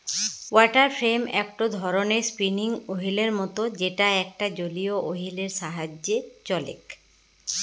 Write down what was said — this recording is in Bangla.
ওয়াটার ফ্রেম একটো ধরণের স্পিনিং ওহীলের মত যেটা একটা জলীয় ওহীল এর সাহায্যে চলেক